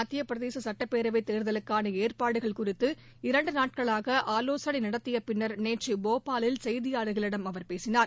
மத்திய பிரதேச சட்டப்பேரவை தேர்தலுக்கான ஏற்பாடுகள் குறித்து இரண்டு நாட்களாக ஆலோசனை நடத்திய பின்னர் நேற்று போபாலில் செய்தியாளர்களிடம் அவர் பேசினார்